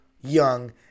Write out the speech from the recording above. young